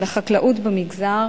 לחקלאות במגזר,